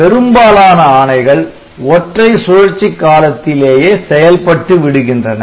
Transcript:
பெரும்பாலான ஆணைகள் ஒற்றை சுழற்சிக் காலத்திலேயே செயல்பட்டு விடுகின்றன